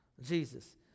Jesus